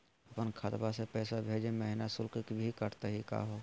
अपन खतवा से पैसवा भेजै महिना शुल्क भी कटतही का हो?